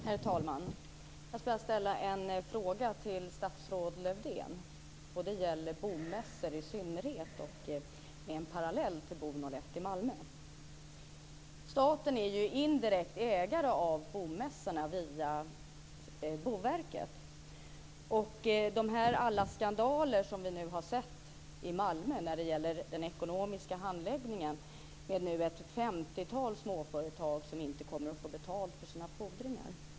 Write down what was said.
Herr talman! Jag ska ställa en fråga till statsrådet Lars-Erik Lövdén. Det gäller bomässor i synnerhet med en parallell till Bo01 i Malmö. Staten är ju indirekt ägare av bomässorna via Boverket. Alla de skandaler som vi nu har sett i Malmö när det gäller den ekonomiska handläggningen gör att ett femtiotal småföretag inte kommer att få betalt för sina fordringar.